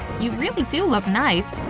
you really do look nice.